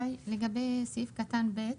לגבי סעיף קטן (ב),